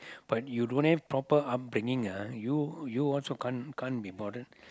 but you don't have proper upbringing ah you you also can't can't be bothered